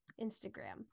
Instagram